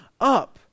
up